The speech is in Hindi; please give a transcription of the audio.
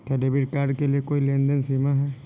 क्या डेबिट कार्ड के लिए कोई लेनदेन सीमा है?